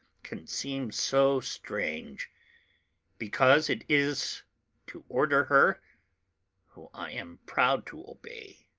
can seem so strange because it is to order her whom i am proud to obey!